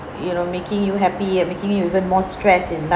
you know making you happy and making you even more stress in life